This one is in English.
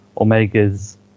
Omega's